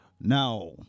Now